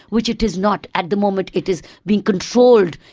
which it is not at the moment it is being controlled,